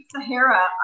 Sahara